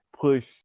push